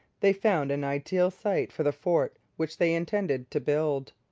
they found an ideal site for the fort which they intended to build.